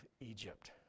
Egypt